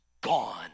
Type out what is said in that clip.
gone